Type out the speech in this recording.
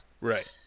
Right